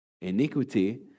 iniquity